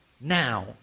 now